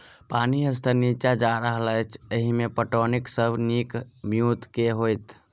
पानि स्तर नीचा जा रहल अछि, एहिमे पटौनीक सब सऽ नीक ब्योंत केँ होइत?